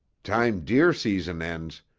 time deer season ends,